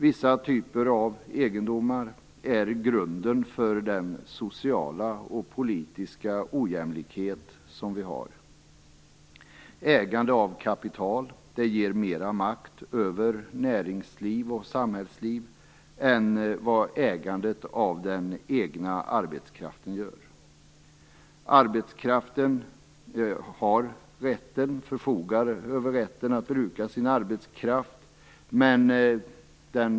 Vissa typer av egendomar är grunden för den sociala och politiska ojämlikhet vi har. Ägande av kapital ger mer makt över näringsliv och samhällsliv än vad ägandet av den egna arbetskraften gör. Arbetskraften förfogar över rätten att bruka sin arbetskraft.